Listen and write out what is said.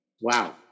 Wow